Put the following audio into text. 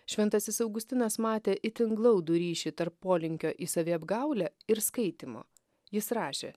šventasis augustinas matė itin glaudų ryšį tarp polinkio į saviapgaulę ir skaitymo jis rašė